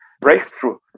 breakthrough